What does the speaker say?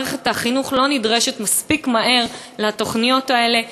מערכת החינוך לא נדרשת מספיק מהר לתוכניות האלה,